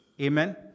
Amen